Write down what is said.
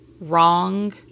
wrong